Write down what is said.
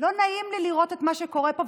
לא נעים לי לראות את מה שקורה פה,